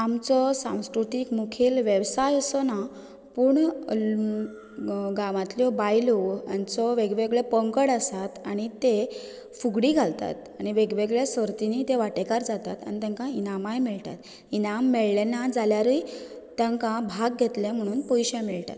आमचो सांस्कृतीक मुखेल वेवसाय असो ना पूण गांवांतल्यो बायलो हांचो वेगवेगळो पंगड आसा आनी ते फुगडी घालतात आनी ते वेगवेगळ्या सर्तींनी वांटो घेतात इनामांय मेळटात इनामां मेळ्ळे ना जाल्यारूय तांकां भाग घेतलो म्हणून पयशे मेळटात